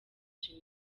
gen